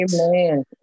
Amen